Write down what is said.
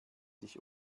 sich